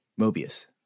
Mobius